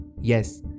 Yes